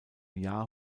jahr